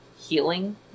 healing